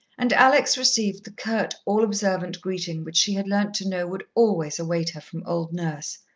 and alex received the curt, all-observant greeting which she had learnt to know would always await her from old nurse.